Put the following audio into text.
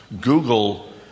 Google